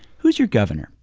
who's your governor?